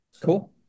Cool